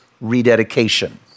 rededication